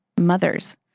mothers